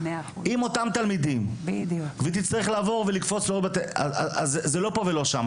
עם אותם תלמידים והיא תצטרך לעבור ולקפוץ אז זה לא פה ולא שם,